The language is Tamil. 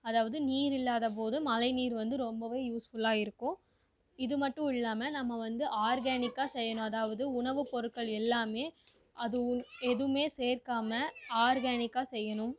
அதாவது நீர் இல்லாதபோது மழைநீர் வந்து ரொம்பவே யூஸ்ஃபுல்லாக இருக்கும் இது மட்டும் இல்லாம நம்ம வந்து ஆர்கேனிக்காக செய்யணும் அதாவது உணவுப் பொருட்கள் எல்லாமே அதுவும் எதுவுமே சேர்க்காம ஆர்கேனிக்காக செய்யணும்